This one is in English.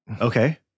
okay